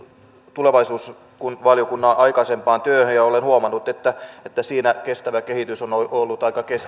tulevaisuusvaliokunnan aikaisempaan työhön ja olen huomannut että että siinä kestävä kehitys on ollut aika